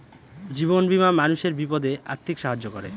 জীবন বীমা মানুষের বিপদে আর্থিক সাহায্য করে